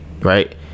Right